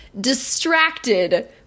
distracted